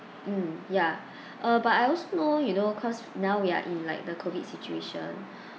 mm ya uh but I also know you know cause now we are in like the COVID situation